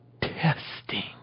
testing